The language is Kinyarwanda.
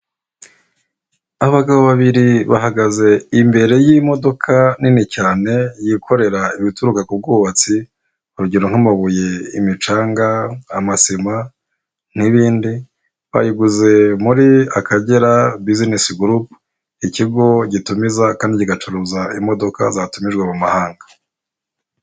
Abagabo babiri bahagaze imbere y'imodoka nini cyane yikorera ibituruka ku bwubatsi, urugero nk'amabuye, imicanga, amasima, n'ibindi bayiguze muri Akagera businesi gurupu, ikigo gitumiza kandi kigacuruza imodoka zatumijwe mu mahanga.